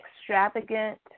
extravagant